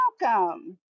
Welcome